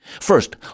First